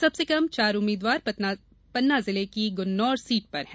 सबसे कम चार उम्मीदवार पन्ना जिले की गुन्नौर सीट पर हैं